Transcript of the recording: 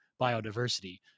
biodiversity